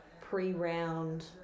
pre-round